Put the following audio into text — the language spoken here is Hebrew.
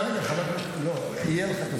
רגע,